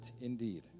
indeed